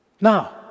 now